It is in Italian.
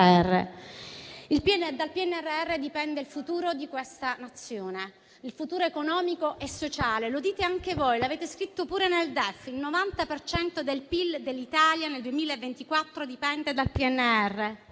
Dal PNRR dipende il futuro di questa Nazione, il futuro economico e sociale. Lo dite anche voi e l'avete scritto nel DEF: il 90 per cento del PIL dell'Italia nel 2024 dipende dal PNRR.